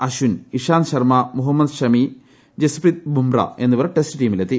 അശ്ചിൻ ഇഷാന്ത് ശർമ്മ മുഹമ്മദ് ഷമി ജസ്പ്രീത് ബുംറ എന്നിവർ ടെസ്റ്റ് ടീമിലെത്തി